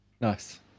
Nice